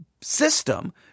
system